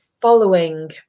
following